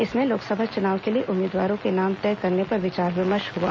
इसमें लोकसभा चुनाव के लिए उम्मीदवारों के नाम तय करने पर विचार विमर्श हआ